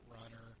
runner